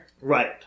Right